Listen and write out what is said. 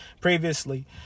previously